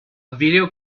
video